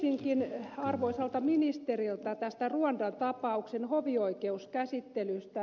kysyisinkin arvoisalta ministeriltä tästä ruandan tapauksen hovioikeuskäsittelystä